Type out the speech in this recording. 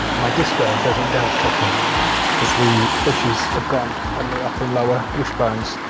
my disco doesn't dance properly because the bushes have gone on the upper and lower wishbones.